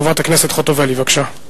חברת הכנסת חוטובלי, בבקשה.